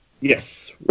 Yes